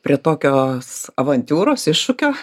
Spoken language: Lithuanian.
prie tokios avantiūros iššūkio